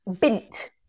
Bint